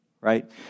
right